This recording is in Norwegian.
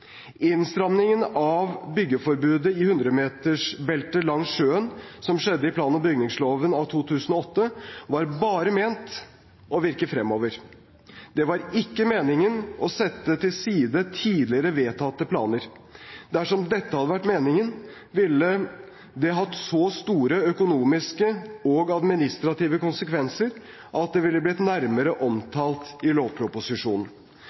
Innstramningen av byggeforbudet i 100-metersbeltet langs sjøen, som skjedde i plan- og bygningsloven av 2008, var bare ment å virke fremover. Det var ikke meningen å sette til side tidligere vedtatte planer. Dersom dette hadde vært meningen, ville det hatt så store økonomiske og administrative konsekvenser at det ville blitt nærmere omtalt i lovproposisjonen.